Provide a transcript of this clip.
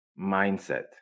Mindset